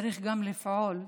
צריך גם לפעול אחריהן.